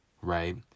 right